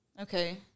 Okay